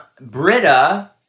Britta